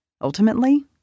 Ultimately